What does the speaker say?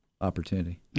opportunity